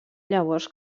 llavors